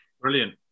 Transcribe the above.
Brilliant